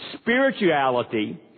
spirituality